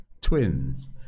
Twins